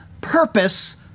purpose